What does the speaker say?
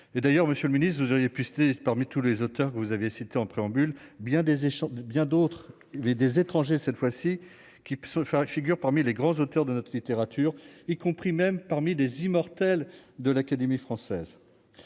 d'ailleurs, Monsieur le Ministre, vous auriez pu citer, parmi tous les auteurs que vous avez citées en préambule bien des échanges de biens d'autres mais des étrangers, cette fois-ci qui faire figure parmi les grands auteurs de notre littérature, y compris même parmi des Immortels de l'Académie française,